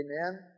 Amen